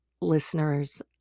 listeners